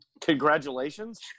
Congratulations